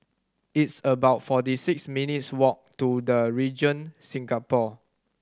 it's about forty six minutes' walk to The Regent Singapore